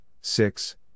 six